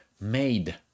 made